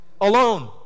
Alone